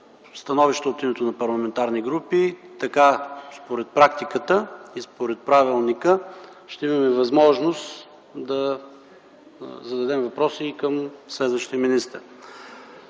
становища от името на парламентарни групи. Според практиката и правилника така ще имаме възможност да зададем въпроси и към следващия министър.